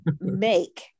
make